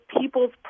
people's